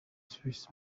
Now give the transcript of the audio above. suisse